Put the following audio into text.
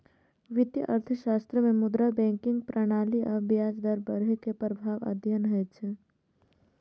वित्तीय अर्थशास्त्र मे मुद्रा, बैंकिंग प्रणाली आ ब्याज दर बढ़ै के प्रभाव अध्ययन होइ छै